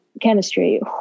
chemistry